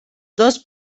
dos